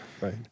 right